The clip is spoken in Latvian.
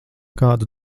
kādu